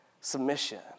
submission